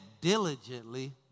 diligently